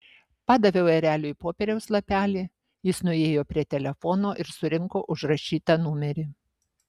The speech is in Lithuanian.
padaviau ereliui popieriaus lapelį jis nuėjo prie telefono ir surinko užrašytą numerį